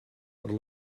per